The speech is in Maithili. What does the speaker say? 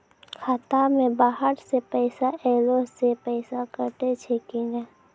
खाता मे बाहर से पैसा ऐलो से पैसा कटै छै कि नै?